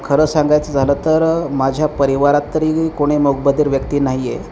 खरं सांगायचं झालं तर माझ्या परिवारात तरी कोणी मूकबधिर व्यक्ती नाही आहे